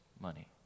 money